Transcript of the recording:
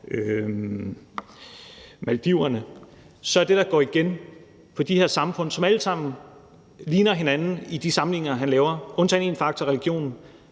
Maldiverne, og det, der går igen for de her samfund – som alle sammen ligner hinanden i de sammenligninger, han laver, undtagen én faktor, nemlig